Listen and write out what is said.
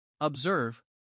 Observe